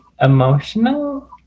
emotional